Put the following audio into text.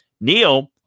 Neil